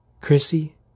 Chrissy